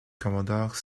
commodore